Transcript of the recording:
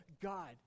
God